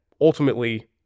ultimately